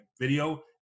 video